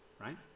right